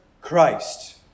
Christ